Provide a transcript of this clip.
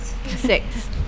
Six